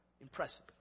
Impressive